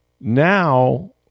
now